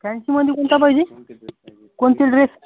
फॅन्सीमध्ये कोणता पाहिजे कोणते ड्रेस